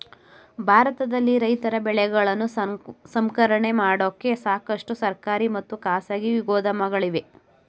ಭಾರತದಲ್ಲಿ ರೈತರ ಬೆಳೆಗಳನ್ನು ಸಂಸ್ಕರಣೆ ಮಾಡೋಕೆ ಸಾಕಷ್ಟು ಸರ್ಕಾರಿ ಮತ್ತು ಖಾಸಗಿ ಗೋದಾಮುಗಳಿವೆ